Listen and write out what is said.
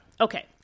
okay